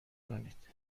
کنید